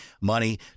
money